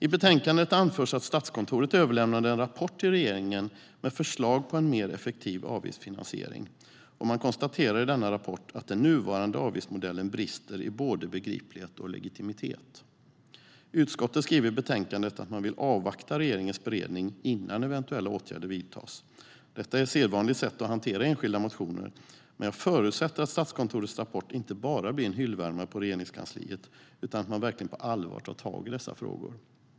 I betänkandet anförs att Statskontoret överlämnat en rapport till regeringen med förslag på en mer effektiv avgiftsfinansiering. Man konstaterar i denna rapport att den nuvarande avgiftsmodellen brister i både begriplighet och legitimitet. Utskottet skriver i betänkandet att man vill avvakta regeringens beredning innan eventuella åtgärder vidtas. Detta är ett sedvanligt sätt att hantera enskilda motioner, men jag förutsätter att Statskontorets rapport inte bara blir en hyllvärmare på Regeringskansliet utan att man verkligen på allvar tar tag i dessa frågor.